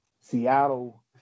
Seattle